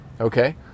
Okay